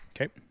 Okay